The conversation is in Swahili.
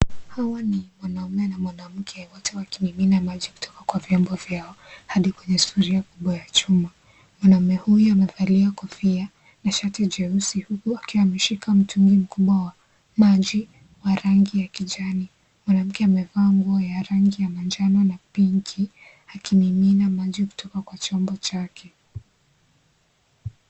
Hawa ni mwanaume na mwanamke wote wakimimina maji kutoka kwa vyombo vyao hadi kwenye sufuria kubwa ya chuma. Mwanaume huyu amevalia kofia na shati jeusi huku akiwa ameshika mtungi mkubwa wa majiwa rangi ya kijani. Mwanamke amevaa nguo ya rangi ya majani na ponki akimimina maji kutoka kwa chombo chake.